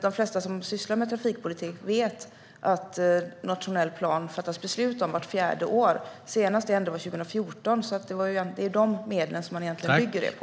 De flesta som sysslar med trafikpolitik vet att det fattas beslut om en nationell plan vart fjärde år. Senast var det 2014. Det är de medlen som trafikpolitiken bygger på.